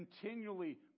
Continually